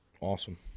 Awesome